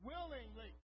Willingly